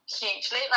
Hugely